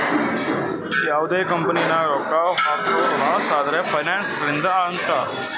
ಯಾವ್ದೇ ಕಂಪನಿ ನಾಗ್ ರೊಕ್ಕಾ ಹಾಕುರ್ ಲಾಸ್ ಆದುರ್ ಫೈನಾನ್ಸ್ ರಿಸ್ಕ್ ಅಂತಾರ್